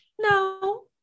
No